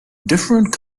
different